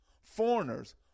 Foreigners